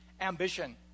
ambition